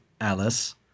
Alice